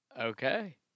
Okay